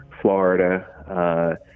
Florida